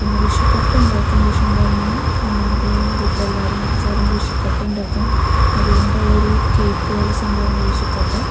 പിന്നെ വിഷു കട്ടയുണ്ടാക്കും വിഷുവിൻ്റെ അന്ന് വീട്ടിലെല്ലാവരും കൂടെ ചേർന്ന് വിഷുക്കട്ട ഉണ്ടാക്കും അരി കൊണ്ടുള്ള ഒരു കേക്ക് പോലെ സംഭവമാണ് ഈ വിഷുക്കട്ട